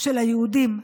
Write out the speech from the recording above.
של היהודים.